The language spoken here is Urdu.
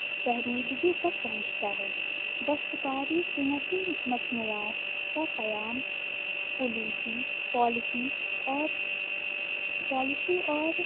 فہمیدگی تک پہونچتا ہے دستکاری صنعتی مصنوعات کا قیام پولیسی پالیسی اور پالیسی اور